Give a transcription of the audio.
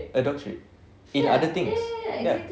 a doctorate in other things ya